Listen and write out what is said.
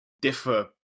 differ